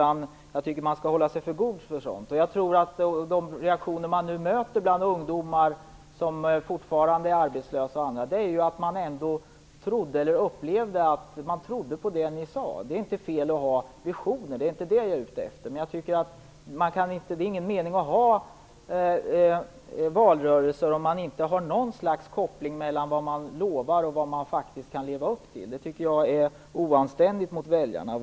Jag tycker att man skall hålla sig för god för sådant. Jag tror att de reaktioner man nu möter bland ungdomar och andra som fortfarande är arbetslösa, det är att de trodde på det ni sade. Det är inte fel att ha visioner. Det är inte det jag är ute efter. Men det är ingen mening med att ha valrörelser om man inte har något slags koppling mellan vad man lovar och vad man faktiskt kan leva upp till. Det tycker jag är oanständigt mot väljarna.